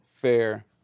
fair